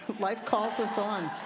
life calls us on.